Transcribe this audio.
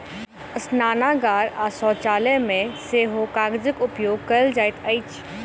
स्नानागार आ शौचालय मे सेहो कागजक उपयोग कयल जाइत अछि